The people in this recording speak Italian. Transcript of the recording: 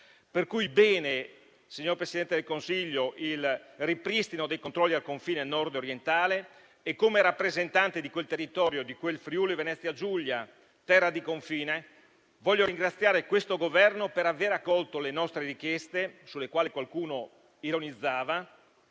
pertanto, signor Presidente del Consiglio, il ripristino dei controlli al confine nordorientale e, come rappresentante di quel territorio e di quel Friuli-Venezia Giulia terra di confine, voglio ringraziare questo Governo per aver accolto le nostre richieste, sulle quali qualcuno ironizzava,